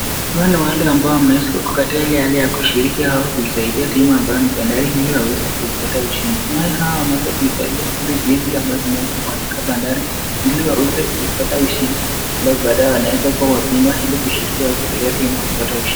Hawa ni wale ambao wameeza wako katika ile hali ya kushiriki au, kuisaidia timu ambayo ni Bandari ili waweze kupata ushindi, nae hao wameeza kuivalia sile jezi ambao zimeeza kuandikwa Bandari, ili waweze kuipata ushindi, ndio badae waweze kua wabingwa ili kushiriki au kusaidia timu yao kupata ushi.